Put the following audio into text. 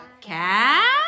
cat